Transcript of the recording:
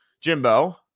Jimbo